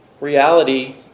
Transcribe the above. reality